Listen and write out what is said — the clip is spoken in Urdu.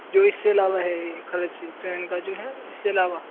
جو اس سے علاوہ ہے خرچ ٹرین کا جو ہے اس سے علاوہ